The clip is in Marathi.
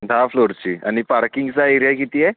दहा फ्लोअरची आणि पार्किंगचा एरिया किती आहे